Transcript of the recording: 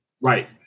Right